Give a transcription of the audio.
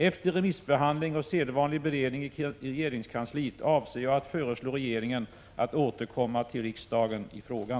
Efter remissbehandling och sedvanlig beredning i regeringskansliet avser jag att föreslå regeringen att återkomma till riksdagen i frågan.